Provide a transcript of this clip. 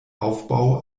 aufbau